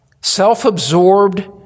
self-absorbed